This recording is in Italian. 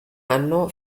anno